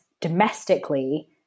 domestically